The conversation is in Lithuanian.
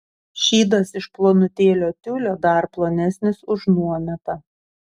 šydas iš plonutėlio tiulio dar plonesnis už nuometą